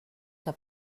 que